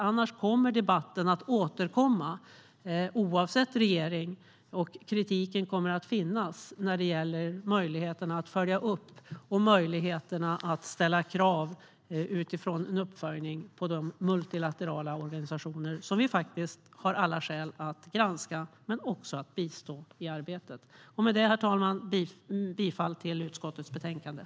Annars kommer debatten att återkomma oavsett regering, och kritiken kommer att finnas när det gäller möjligheten att följa upp och att ställa krav utifrån en uppföljning på de multilaterala organisationer som vi har alla skäl att granska men också bistå i arbetet. Herr talman! Med detta yrkar jag bifall till utskottets förslag i betänkandet.